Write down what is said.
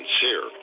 sincere